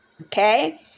Okay